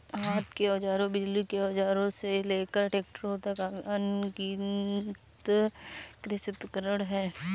हाथ के औजारों, बिजली के औजारों से लेकर ट्रैक्टरों तक, अनगिनत कृषि उपकरण हैं